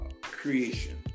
creation